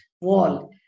wall